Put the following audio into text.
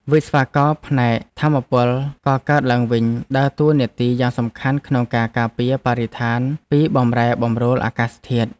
វិស្វករផ្នែកថាមពលកកើតឡើងវិញដើរតួនាទីយ៉ាងសំខាន់ក្នុងការការពារបរិស្ថានពីបម្រែបម្រួលអាកាសធាតុ។